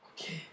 Okay